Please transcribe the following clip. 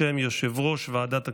את הצעות החוק בשם יושב-ראש ועדת הכספים.